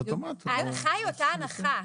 ההנחה היא אותה הנחה.